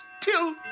till